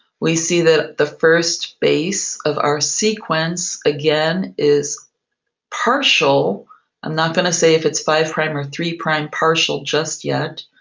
we see that the first base of our sequence again is partial i'm not going to say if it's five-prime or three-prime partial just yet,